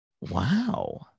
Wow